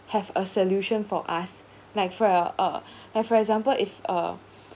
have a solution for us like for uh like for example if a